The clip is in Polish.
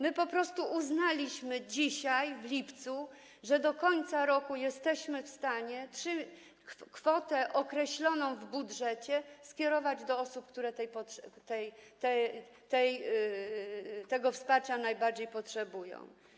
My po prostu uznaliśmy dzisiaj, w lipcu, że do końca roku jesteśmy w stanie kwotę określoną w budżecie skierować do osób, które tego wsparcia najbardziej potrzebują.